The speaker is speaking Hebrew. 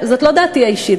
וזאת לא דעתי האישית,